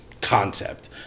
concept